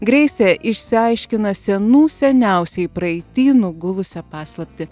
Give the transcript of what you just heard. greisė išsiaiškina senų seniausiai praeity nugulusią paslaptį